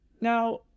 Now